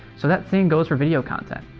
so that same goes for video content.